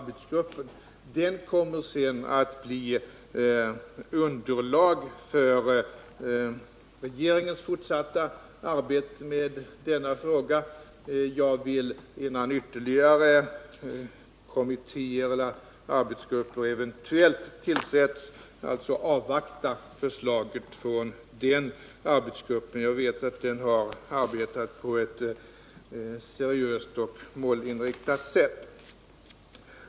Dess förslag kommer sedan att bli underlag för regeringens fortsatta arbete med denna fråga. Jag vill, innan ytterligare kommittéer eller arbetsgrupper eventuellt tillsätts, alltså avvakta förslag från den arbetsgruppen. Jag vet att den arbetat på ett seriöst och målinriktat sätt.